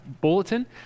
bulletin